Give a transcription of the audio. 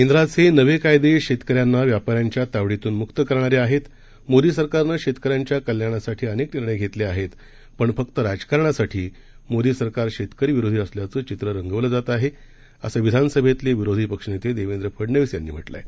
केंद्राचेनवेकायदेशेतकऱ्यांनाव्यापाऱ्यांच्यातावडीतूनमुक्तकरणारेआहेत मोदीसरकारनंशेतकऱ्यांच्याकल्याणासाठीअनेकनिर्णयघेतलेआहेत पणफक्तराजकारणासाठीमोदीसरकारशेतकरीविरोधीअसल्याचंचित्ररंगवलंजातआहे असंविधानसभेतलेविरोधीपक्षनेतेदेवेंद्रफडनवीसयांनीम्हटलंआहे